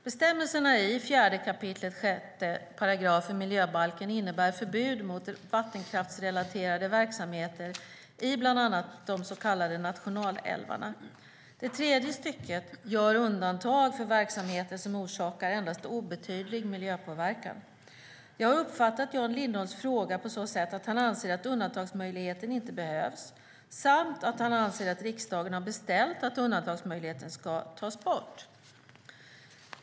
Bestämmelserna i 4 kap. 6 § miljöbalken innebär förbud mot vattenkraftsrelaterade verksamheter i bland annat de så kallade nationalälvarna. Det tredje stycket gör undantag för verksamheter som orsakar endast obetydlig miljöpåverkan. Jag har uppfattat Jan Lindholms fråga på så sätt att han anser att undantagsmöjligheten inte behövs samt att han anser att riksdagen har beställt att undantagsmöjligheten ska tas bort.